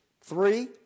Three